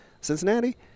Cincinnati